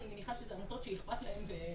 אני מניחה שאלה עמותות שאכפת להם.